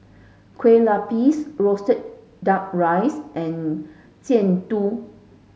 Kueh lapis roasted duck rice and Jian Dui